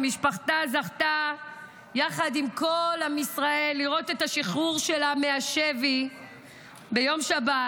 שמשפחתה זכתה יחד עם כל עם ישראל לראות את השחרור שלה מהשבי ביום שבת,